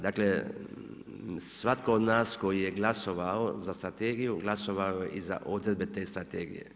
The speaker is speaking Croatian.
Dakle svatko od nas koji je glasovao za Strategiju glasovao je i za odredbe te strategije.